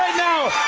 no,